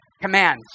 commands